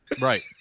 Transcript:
Right